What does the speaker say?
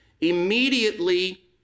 Immediately